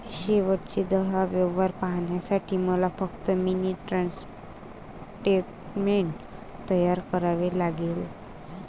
शेवटचे दहा व्यवहार पाहण्यासाठी मला फक्त मिनी स्टेटमेंट तयार करावे लागेल